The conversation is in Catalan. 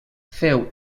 féu